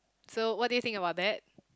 so what do you think about that